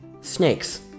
Snakes